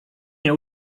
nie